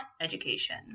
education